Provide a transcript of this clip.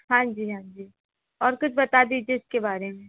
हाँजी हाँजी और कुछ बता दीजिए इसके बारे में